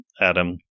Adam